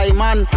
man